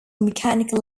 mechanical